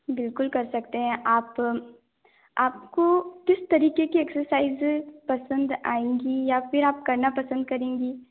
बिल्कुल कर सकते हैं आप आपको किस तरीके की एक्सरसाइज़ेज़ पसंद आएंगी या फिर आप करना पसंद करेंगी